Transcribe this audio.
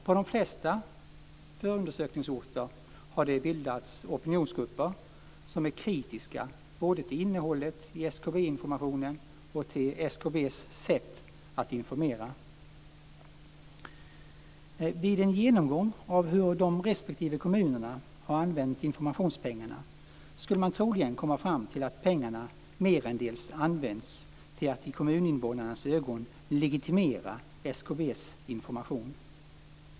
På de flesta förundersökningsorter har det bildats opinionsgrupper som är kritiska både till innehållet i SKB-informationen och till SKB:s sätt att informera. Vid en genomgång av hur de respektive kommunerna har använt informationspengarna skulle man troligen komma fram till att pengarna merendels använts till att i kommuninvånarnas ögon legitimera SKB:s information.